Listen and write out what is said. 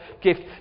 gift